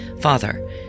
Father